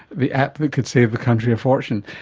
the app that could save the country a fortune!